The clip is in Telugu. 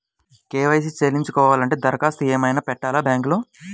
కే.వై.సి చేయించుకోవాలి అంటే దరఖాస్తు ఏమయినా పెట్టాలా బ్యాంకులో?